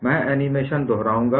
मैं एनीमेशन दोहराऊंगा